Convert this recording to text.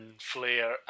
Flair